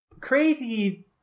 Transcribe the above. crazy